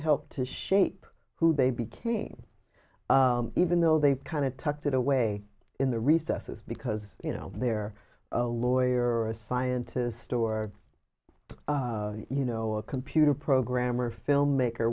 help to shape who they became even though they kind of tucked it away in the recesses because you know they're a lawyer a scientist or you know a computer programmer filmmaker